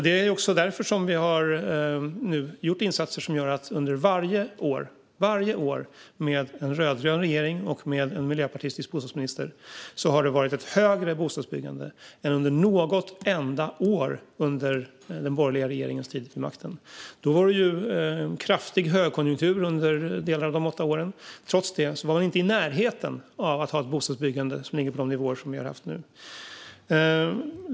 Det är också därför vi har gjort insatser som gör att det under varje år med en rödgrön regering och en miljöpartistisk bostadsminister har byggts fler bostäder än under något enda år av den borgerliga regeringens tid vid makten. Det var kraftig högkonjunktur under delar av dessa åt, men trots det var man inte i närheten av att ha ett bostadsbyggande som ligger på de nivåer vi nu har.